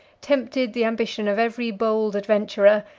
tempted the ambition of every bold adventurer,